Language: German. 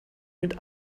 mit